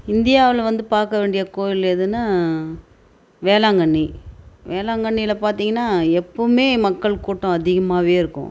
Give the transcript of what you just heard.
இந்தியாவில் வந்து பார்க்க வேண்டிய கோவில் எதுன்னா வேளாங்கண்ணி வேளாங்கண்ணியில பார்த்திங்கன்னா எப்போவுமே மக்கள் கூட்டம் அதிகமாகவே இருக்கும்